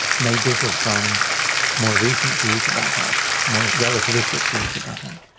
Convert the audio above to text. may differ from more recent views about that, more relativistic views about that.